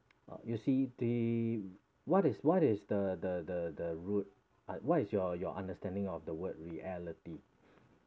you see the what is what is the the the the route at why is your your understanding of the world reality